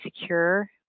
secure